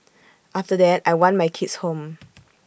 after that I want my kids home